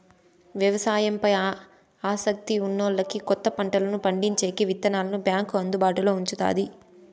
వ్యవసాయం పై ఆసక్తి ఉన్నోల్లకి కొత్త పంటలను పండించేకి విత్తనాలను బ్యాంకు అందుబాటులో ఉంచుతాది